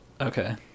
Okay